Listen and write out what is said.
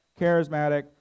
charismatic